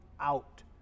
out